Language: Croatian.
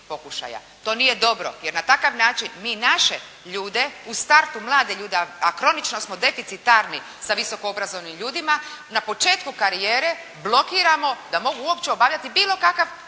To nije dobro, jer na takav način mi takve ljude, u startu mlade ljude, a kronično smo deficitarni sa visoko obrazovnim ljudima na početku karijere blokiramo da mogu uopće obavljati bilo kakav